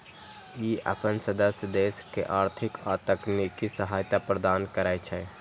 ई अपन सदस्य देश के आर्थिक आ तकनीकी सहायता प्रदान करै छै